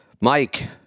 Mike